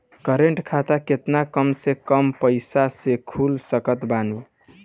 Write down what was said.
Current खाता केतना कम से कम पईसा से खोल सकत बानी?